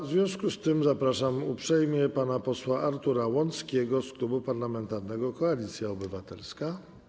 W związku z tym zapraszam uprzejmie pana posła Artura Łąckiego z Klubu Parlamentarnego Koalicja Obywatelska.